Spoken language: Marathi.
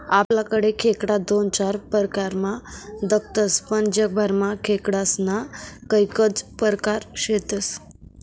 आपलाकडे खेकडा दोन चार परकारमा दखातस पण जगभरमा खेकडास्ना कैकज परकार शेतस